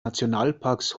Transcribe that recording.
nationalparks